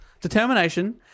determination